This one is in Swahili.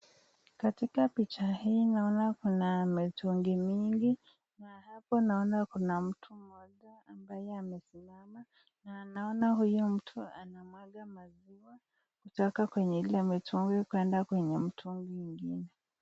Katika picha hii naona kuna mitungi mingi na hapo naona kuna mtu mmoja ambaye amesimama na naona huyo mtu anamwanga maziwa kutoka kwenye ile mitungi kwenda kwenye mitungi ingine.